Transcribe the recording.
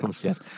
Yes